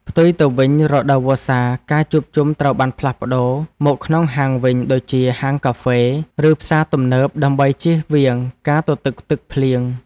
ផ្ទុយទៅវិញរដូវវស្សាការជួបជុំត្រូវបានផ្លាស់ប្តូរមកក្នុងហាងវិញដូចជាហាងកាហ្វេ ឬផ្សារទំនើបដើម្បីជៀសវាងការទទឹកទឹកភ្លៀង។